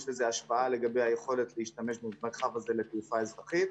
יש לזה השפעה לגבי היכולת להשתמש במרחב הזה לתעופה אזרחית.